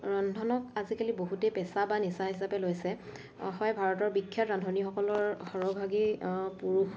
ৰন্ধনক আজিকালি বহুতেই পেচা বা নিচা হিচাপে লৈছে হয় ভাৰতৰ বিখ্যাত ৰান্ধনীসকলৰ সৰহভাগেই পুৰুষ